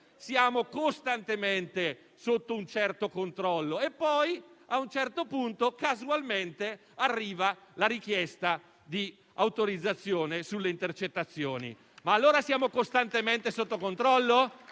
siamo costantemente sotto controllo, e a un certo punto, casualmente, arriva la richiesta di autorizzazione di intercettazioni. Ma allora siamo costantemente sotto controllo?